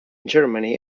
germany